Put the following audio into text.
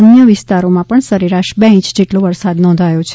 અન્ય વિસ્તારોમાં પણ સરેરાશ બે ઇંચ જેટલો વરસાદ નોંધાથો છે